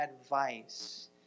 advice